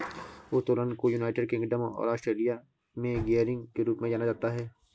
उत्तोलन को United Kingdom और ऑस्ट्रेलिया में गियरिंग के रूप में जाना जाता है